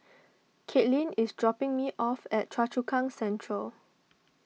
Katelin is dropping me off at Choa Chu Kang Central